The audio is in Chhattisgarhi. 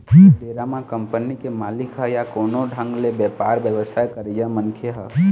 ओ बेरा म कंपनी के मालिक ह या कोनो ढंग ले बेपार बेवसाय करइया मनखे ह